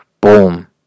Boom